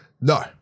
no